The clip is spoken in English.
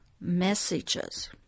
messages